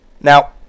Now